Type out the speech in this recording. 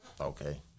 Okay